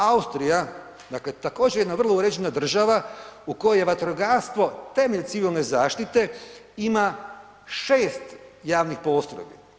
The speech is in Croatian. Austrija, dakle također jedna vrlo uređena država u kojoj je vatrogastvo temelj civilne zaštite ima 6 javnih postrojbi.